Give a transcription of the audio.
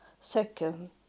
Second